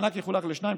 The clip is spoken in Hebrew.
המענק יחולק לשניים,